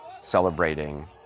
Celebrating